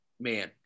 man